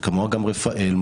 וכמוה גם רפאל,